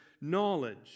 knowledge